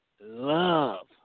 love